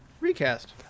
recast